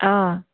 অঁ